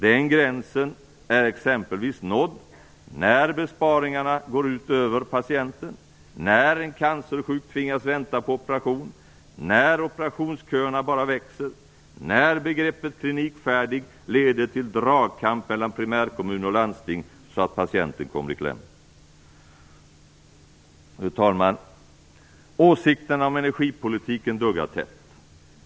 Den gränsen är exempelvis nådd när besparingarna går ut över patienten, när en cancersjuk tvingas vänta på operation, när operationsköerna bara växer och när begreppet "klinikfärdig" leder till dragkamp mellan primärkommun och landsting så att patienten kommer i kläm. Fru talman! Åsikterna om energipolitiken duggar tätt.